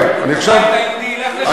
הבית היהודי ילך לשם?